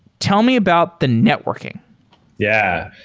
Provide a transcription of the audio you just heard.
tell me about the networking yeah.